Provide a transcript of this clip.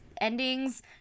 endings